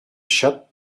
shut